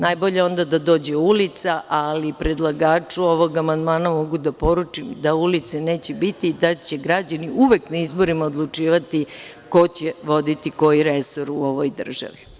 Najbolje je onda da dođe ulica, ali predlagaču ovog amandmana mogu da poručim da ulice neće biti, da će građani uvek na izborima odlučivati ko će voditi koji resor u ovoj državi.